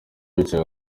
wicaye